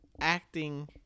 acting